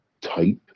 type